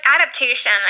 adaptation